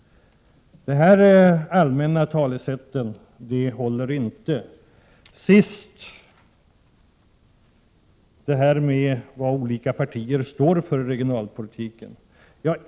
Ulanders allmänna talesätt håller inte! Till sist vill jag ta upp talet om var de olika partierna står i regionalpolitiken.